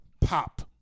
Pop